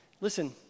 listen